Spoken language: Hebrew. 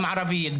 גם ערבית,